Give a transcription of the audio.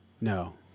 No